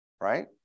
right